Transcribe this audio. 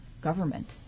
government